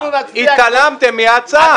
התעלמתם מההצעה.